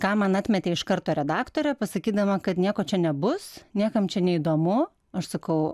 ką man atmetė iš karto redaktorė pasakydama kad nieko čia nebus niekam čia neįdomu aš sakau